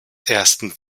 ersten